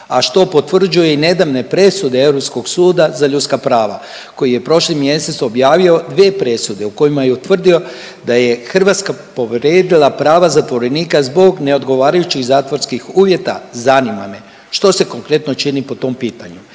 a što potvrđuju i nedavne presude Europskog suda za ljudska prava koji je prošli mjesec objavio dve presude u kojima je utvrdio da je Hrvatska povredila prava zatvorenika zbog neodgovarajućih zatvorskih uvjeta. Zanima me, što se konkretno čini po tom pitanju?